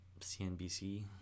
cnbc